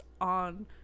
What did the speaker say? on